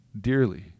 dearly